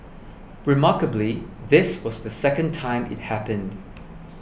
remarkably this was the second time it happened